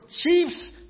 Chiefs